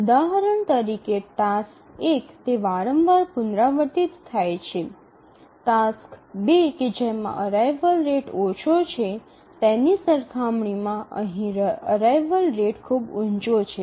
ઉદાહરણ તરીકે ટાસ્ક ૧ તે વારંવાર પુનરાવર્તિત થાય છે ટાસ્ક ૨ કે જેમાં અરાઇવલ રેટ ઓછો છે તેની સરખામણીમાં અહીં અરાઇવલ રેટ ખૂબ ઊંચો છે